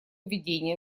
ведения